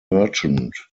merchant